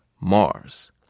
mars